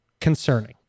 concerning